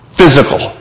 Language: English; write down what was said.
physical